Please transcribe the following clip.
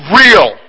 real